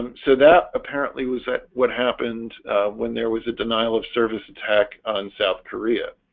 and so that apparently was that what happened when there was a denial of service attack on south korea